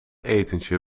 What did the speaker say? etentje